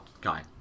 Guy